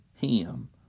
him